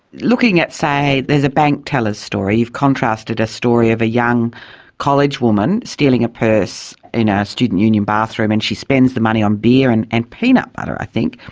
looking at, say, there is a bank teller's story, you've contrasted a story of a young college woman stealing a purse in a student union bathroom and she spends the money on beer and and peanut butter i think.